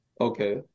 Okay